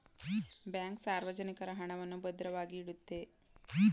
bank ಸಾರ್ವಜನಿಕರ ಹಣವನ್ನು ಭದ್ರವಾಗಿ ಇಡುತ್ತೆ